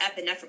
epinephrine